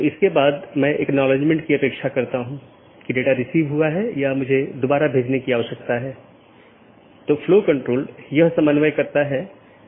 यदि आप याद करें तो हमने एक पाथ वेक्टर प्रोटोकॉल के बारे में बात की थी जिसने इन अलग अलग ऑटॉनमस सिस्टम के बीच एक रास्ता स्थापित किया था